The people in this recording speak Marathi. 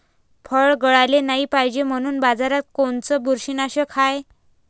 फळं गळाले नाही पायजे म्हनून बाजारात कोनचं बुरशीनाशक हाय?